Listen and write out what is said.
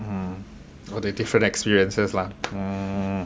mm all the different experiences lah